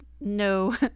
no